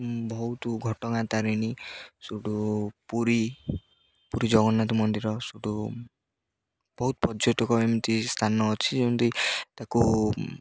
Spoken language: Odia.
ବହୁତ ଘଟଗାଁ ତାରିଣୀ ସେଇଠୁ ପୁରୀ ପୁରୀ ଜଗନ୍ନାଥ ମନ୍ଦିର ସେଇଠୁ ବହୁତ ପର୍ଯ୍ୟଟକ ଏମିତି ସ୍ଥାନ ଅଛି ଯେମିତି ତାକୁ